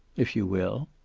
if you will.